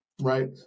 right